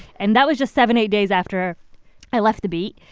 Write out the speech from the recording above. and that was just seven, eight days after i left the beat.